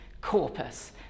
corpus